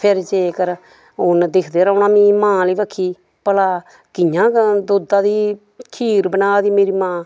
फिर जेकर उ'नें दिक्खदे रौह्ना मी मां आह्ली बक्खी भला कि'यां दुद्धा दी खीर बना दी मेरी मां